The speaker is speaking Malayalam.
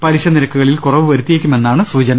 പലിശ നിരക്കുകളിൽ കുറവു വരുത്തിയേക്കുമെ ന്നാണ് സൂചന